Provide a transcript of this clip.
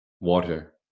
water